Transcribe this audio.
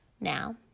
Now